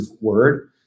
word